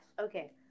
Okay